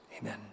Amen